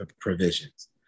provisions